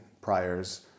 priors